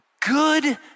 good